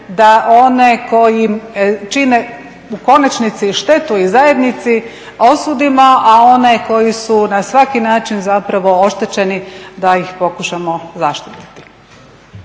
da one koji čine u konačnici štetu i zajednici osudimo a one koji su na svaki način zapravo oštećeni da ih pokušamo zaštititi.